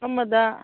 ꯑꯃꯗ